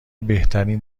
بهترین